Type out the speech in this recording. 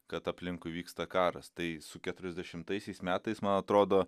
kad aplinkui vyksta karas tai su keturiasdešimtaisiais metais man atrodo